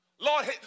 Lord